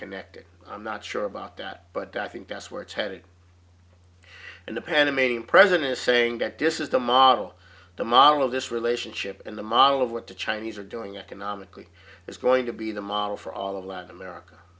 connected i'm not sure about that but i think that's where it's headed and the panamanian president is saying that this is the model the model of this relationship and the model of what the chinese are doing economically is going to be the model for all of latin america